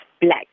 black